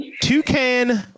Toucan